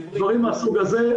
דברים מהסוג הזה,